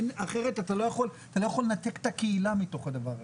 כי אחרת אתה לא יכול לנתק את הקהילה מתוך הדבר הזה.